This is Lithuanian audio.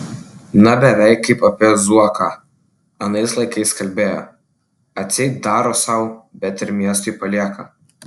na beveik kaip apie zuoką anais laikais kalbėjo atseit daro sau bet ir miestui palieka